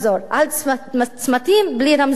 על צמתים בלי רמזורים,